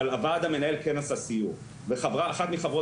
אבל הוועד המנהל כן עשה סיור ואחת מחברות